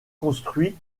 construit